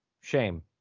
shame